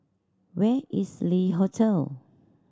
where is Le Hotel